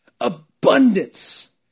Abundance